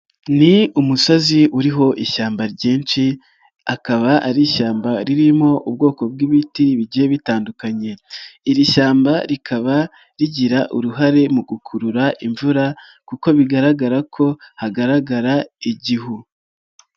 Ni umusozi uriho ishyamba ryinshi akaba ari ishyamba ririmo ubwoko bw'ibiti bigiye bitandukanye, iri shyamba rikaba rigira uruhare mu gukurura imvura kuko bigaragara ko hagaragara igihu.